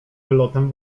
wylotem